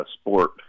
sport